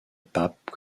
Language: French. pape